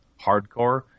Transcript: hardcore